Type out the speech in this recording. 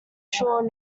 sure